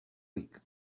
week